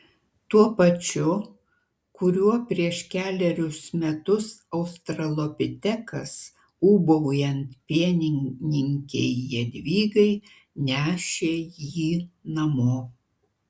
tuo pačiu kuriuo prieš kelerius metus australopitekas ūbaujant pienininkei jadvygai nešė jį namo